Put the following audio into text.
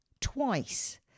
twice